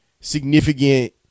significant